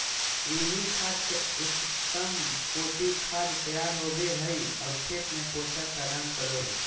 कृमि खाद से उत्तम कोटि खाद तैयार होबो हइ और खेत में पोषक प्रदान करो हइ